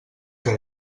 que